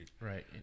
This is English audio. Right